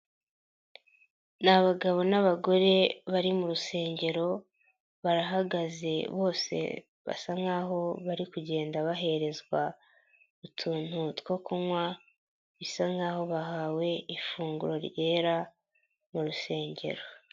Ni abagabo n'abagore bari mu rusengero, barahagaze bose bisa nk'aho bari kugenda baherezwa utuntu two kunywa, bisa nkaho bahawe ifunguro ryera mu rusengero.